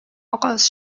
آغاز